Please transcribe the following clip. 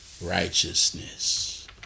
righteousness